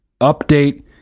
update